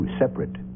separate